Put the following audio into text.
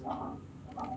(uh huh)